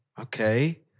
okay